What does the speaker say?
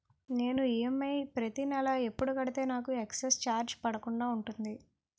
నేను ఈ.ఎం.ఐ ప్రతి నెల ఎపుడు కడితే నాకు ఎక్స్ స్త్ర చార్జెస్ పడకుండా ఉంటుంది?